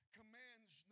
commands